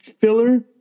filler